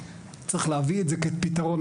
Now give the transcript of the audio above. צריך להביא את זה כפתרון.